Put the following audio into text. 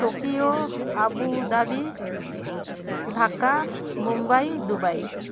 Tokyo Abu Dhabi Dhaka Mumbai Dubai